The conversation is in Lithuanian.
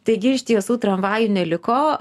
taigi iš tiesų tramvajų neliko